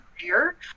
career